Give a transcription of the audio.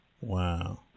Wow